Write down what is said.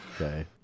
Okay